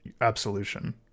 absolution